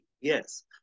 yes